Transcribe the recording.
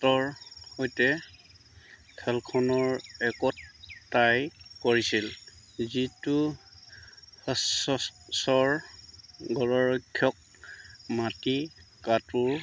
শ্বটৰ সৈতে খেলখনৰ একত টাই কৰিছিল যিটো ষ্টাৰ্ছৰ গ'লৰক্ষক মাৰ্টি